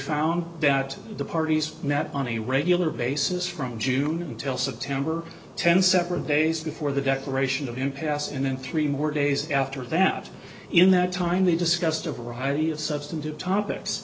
found that the parties met on a regular basis from june until september ten separate days before the declaration of impasse and then three more days after that in that time they discussed a variety of substantive topics